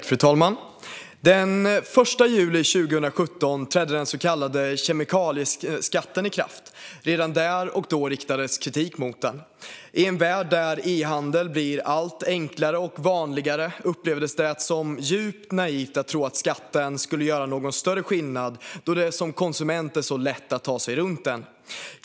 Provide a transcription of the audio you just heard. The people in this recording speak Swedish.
Fru talman! Den 1 juli 2017 trädde den så kallade kemikalieskatten i kraft. Redan där och då riktades kritik mot den. I en värld där e-handel blir allt enklare och vanligare upplevdes det som djupt naivt att tro att skatten skulle göra någon större skillnad, då det som konsument är lätt att ta sig runt den.